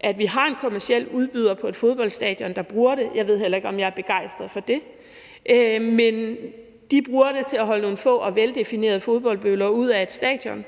at vi har en kommerciel udbyder på et fodboldstadion, der bruger det – jeg ved heller ikke, om jeg er begejstret for det, men de bruger det til at holde nogle få og veldefinerede fodboldbøller ude af et stadion.